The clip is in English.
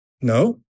No